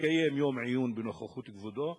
לקיים יום עיון בנוכחות כבודו,